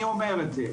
אני אומר את זה.